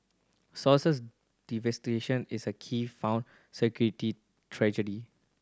sources is a key found security tragedy